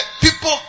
people